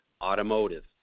Automotive